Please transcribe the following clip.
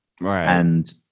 right